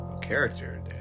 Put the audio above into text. character